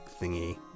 thingy